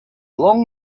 long